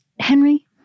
Henry